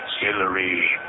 Hillary